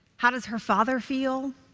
how does her father feel?